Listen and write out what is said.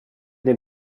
den